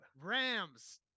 Rams